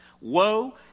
Woe